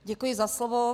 Děkuji za slovo.